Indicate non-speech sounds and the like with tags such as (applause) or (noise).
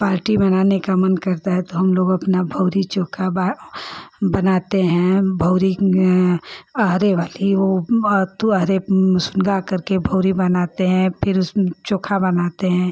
party मनाने का मन करता है तो हमलोग अपना भौरी चोखा बा बनाते हैं भौरी अहड़े वाली वह (unintelligible) अरे सुनगा करके भौरी बनाते हैं फिर चोखा बनाते हैं